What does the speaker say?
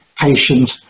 patient